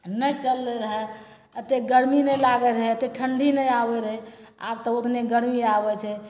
नहि चललै रहए एतेक गर्मी नहि लागै रहए एतेक ठण्डी नहि आबै रहए आब तऽ ओतने गर्मी आबै छै